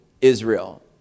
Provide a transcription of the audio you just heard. Israel